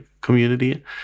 community